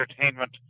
entertainment